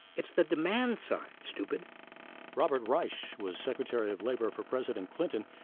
it's the demand side, stupid robert reich was secretary of labor for president clinton.